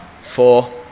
Four